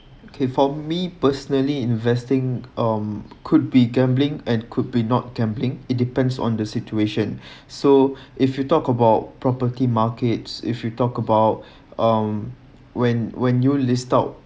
okay for me personally investing um could be gambling and could be not gambling it depends on the situation so if you talk about property markets if we talk about um when when you list out